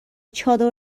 چادر